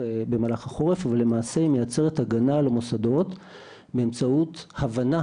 החורף ולמעשה היא מייצרת הגנה על המוסדות באמצעות הבנה